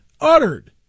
uttered